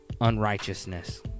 unrighteousness